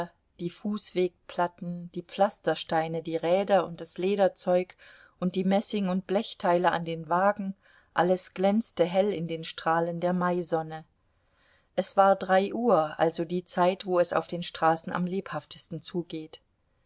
die fußwegplatten die pflastersteine die räder und das lederzeug und die messing und blechteile an den wagen alles glänzte hell in den strahlen der maisonne es war drei uhr also die zeit wo es auf den straßen am lebhaftesten zugeht